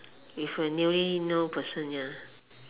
if you really no person ya